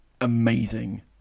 amazing